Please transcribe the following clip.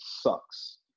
sucks